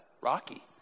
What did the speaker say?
Rocky